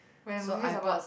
so I bought